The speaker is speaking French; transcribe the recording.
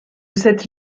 cette